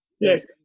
yes